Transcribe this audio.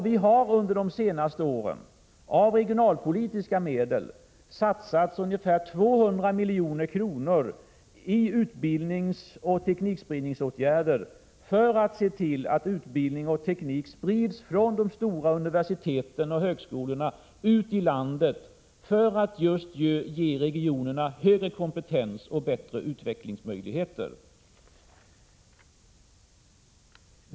Vi har under de senaste åren satsat ungefär 200 milj.kr. av regionalpolitiska medel på utbildningsoch teknikspridningsåtgärder för att se till att utbildning och teknik sprids från de stora universiteten och högskolorna ut i landet för att just ge regionerna högre kompetens och bättre utvecklingsmöjligheter.